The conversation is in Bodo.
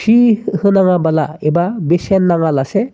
फि होनाङाबाला एबा बेसेन नाङालासे